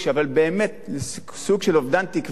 אבל באמת סוג של אובדן תקווה,